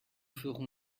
ferons